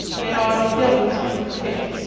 they are devils of the pit!